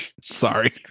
Sorry